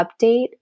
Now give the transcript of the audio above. update